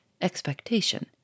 expectation